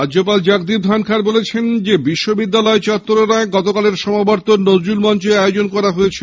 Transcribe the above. রাজ্যপাল জগদীপ ধনখড় বলেছেন বিশ্ববিদ্যালয়ের চত্বরে নয় সমাবর্তন নজরুল মঞ্চে আয়োজন করা হয়েছিল